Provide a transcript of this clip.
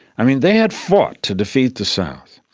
i mean, they had fought to defeat the south,